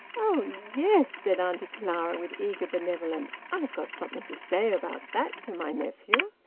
oh yes! said auntie clara with eager benevolence. i've got something to say about that to my nephew.